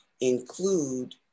include